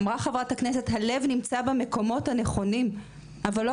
אמרה חברת הכנסת: הלב נמצא במקומות הנכונים אבל לא